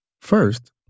First